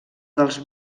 dels